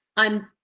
i'm.